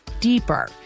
deeper